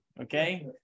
Okay